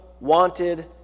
wanted